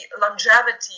longevity